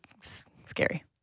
scary